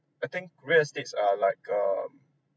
I think real estates are like um